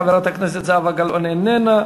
חברת הכנסת זהבה גלאון, איננה.